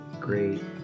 great